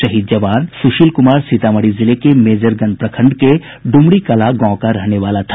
शहीद जवान सुशील कुमार सीतामढ़ी जिले के मेजरगंज प्रखंड के डुमरी कलां गांव का रहने वाला था